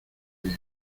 bien